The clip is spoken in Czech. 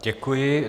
Děkuji.